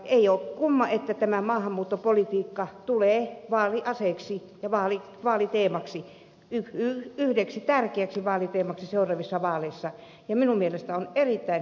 ei ole kumma että tämä maahanmuuttopolitiikka tulee vaaliaseeksi ja vaaliteemaksi yhdeksi tärkeäksi vaaliteemaksi seuraavissa vaaleissa ja minun mielestäni on erittäin hyvä että tulee